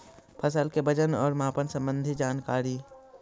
फसल के वजन और मापन संबंधी जनकारी?